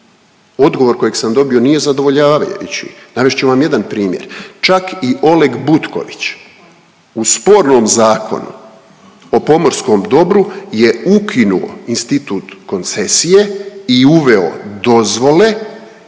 Odgovor kojeg sam dobio nije zadovoljavajući. Navest ću vam jedan primjer. Čak i Oleg Butković u spornom zakonu o pomorskom dobru je ukinuo institut koncesije i uveo dozvole,